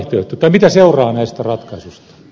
mitä seuraa näistä ratkaisuista